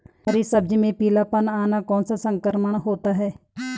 हरी सब्जी में पीलापन आना कौन सा संक्रमण होता है?